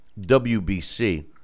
WBC